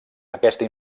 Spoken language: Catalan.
aquesta